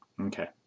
Okay